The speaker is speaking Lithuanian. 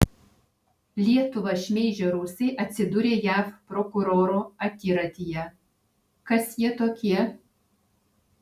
lietuvą šmeižę rusai atsidūrė jav prokurorų akiratyje kas jie tokie